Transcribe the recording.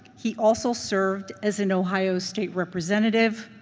he also served as an ohio state representative,